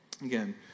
Again